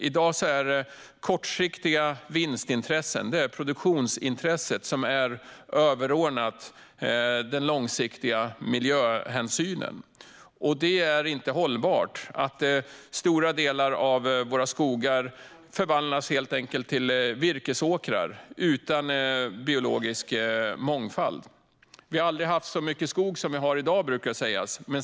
I dag handlar det om kortsiktiga vinstintressen. Produktionsintresset är överordnat den långsiktiga miljöhänsynen. Det är inte hållbart att stora delar av våra skogar förvandlas till virkesåkrar utan biologisk mångfald. Det brukar sägas att vi aldrig har haft så mycket skog som i dag.